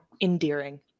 endearing